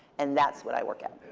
and that's what i work at.